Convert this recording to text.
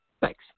Thanks